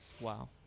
Wow